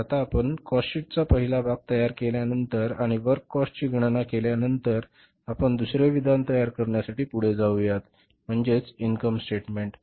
तर आता आपण कॉस्ट शीट चा पहिला भाग तयार केल्यानंतर आणि वर्क कॉस्ट ची गणना केल्यानंतर आपण आता आपले दुसरे विधान तयार करण्यासाठी पुढे जाऊयात म्हणजेच इन्कम स्टेटमेंट